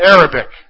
Arabic